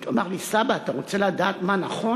הוא אמר לי: סבא, אתה רוצה לדעת מה נכון?